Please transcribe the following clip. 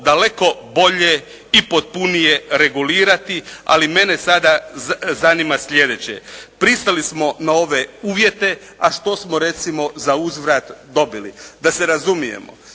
daleko bolje i potpunije regulirati, ali mene sada zanima sljedeće. Pristali smo na ove uvjete, a što smo recimo za uzvrat dobili? Da se razumijemo,